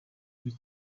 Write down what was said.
muri